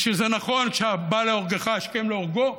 ושזה נכון שהבא להורגך השכם להורגו.